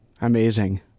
Amazing